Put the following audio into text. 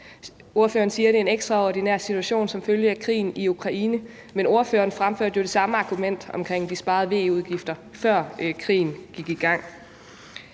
Ordføreren siger, det er en ekstraordinær situation som følge af krigen i Ukraine, men ordføreren fremførte jo det samme argument omkring de sparede VE-udgifter, før krigen gik i gang.